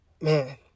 Man